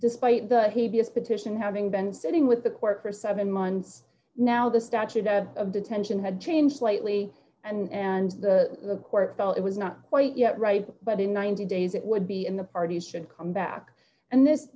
despite the heebie as petition having been sitting with the court for seven months now the statute out of detention had changed slightly and and the court felt it was not quite yet right but in ninety days it would be in the parties should come back and this